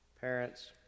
parents